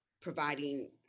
providing